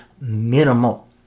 minimal